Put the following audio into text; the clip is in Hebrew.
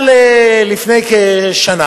אבל לפני כשנה